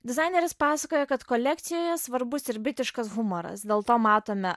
dizaineris pasakoja kad kolekcijoje svarbus ir britiškas humoras dėl to matome